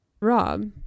Rob